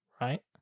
right